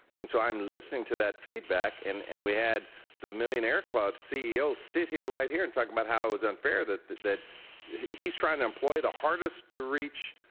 and so, i am listening to that feedback, and and we had the millionaire club ceo sit here right here and talking about how it was unfair that that he is trying to employ the hardest to reach,